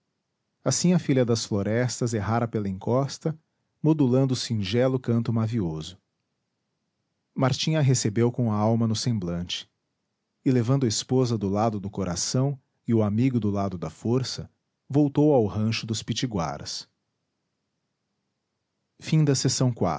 assim a filha das florestas errara pela encosta modulando o singelo canto mavioso martim a recebeu com a alma no semblante e levando a esposa do lado do coração e o amigo do lado da força voltou ao rancho dos pitiguaras